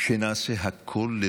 שנעשה הכול,